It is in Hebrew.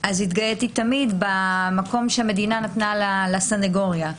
התגאיתי תמיד במקום שהמדינה נתנה לסנגוריה.